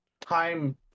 time